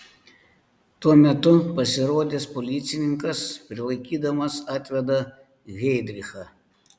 tuo metu pasirodęs policininkas prilaikydamas atveda heidrichą